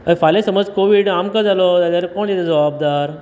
हय फाल्यां समज कोवीड आमकां जालो जाल्यार कोण जबाबदार